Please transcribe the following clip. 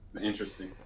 Interesting